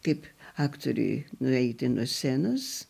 kaip aktoriui nueiti nuo scenos